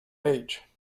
age